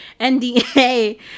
NDA